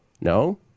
No